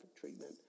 treatment